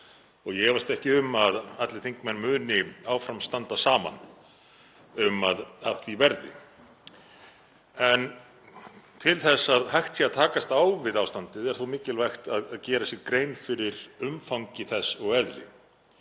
Ég efast ekki um að allir þingmenn muni áfram standa saman um að af því verði, en til þess að hægt sé að takast á við ástandið er þó mikilvægt að gera sér grein fyrir umfangi þess og eðli.